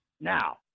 now